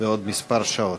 בעוד כמה שעות.